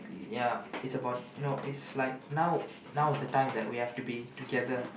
ya it's about you know it's like now now is the time that we have to be together